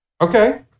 Okay